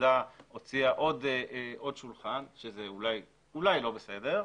מסעדה הוציאה עוד שולחן למרפסת, שזה אולי לא בסדר,